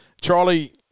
Charlie